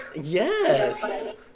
Yes